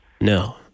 No